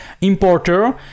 Importer